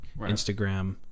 Instagram